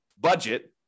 budget